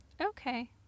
okay